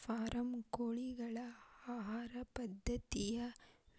form ಕೋಳಿಗಳ ಆಹಾರ ಪದ್ಧತಿಯ